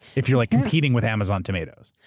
if you're like competing with amazon tomatoes.